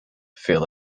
feel